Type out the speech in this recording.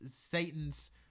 Satan's